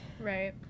right